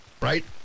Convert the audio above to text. right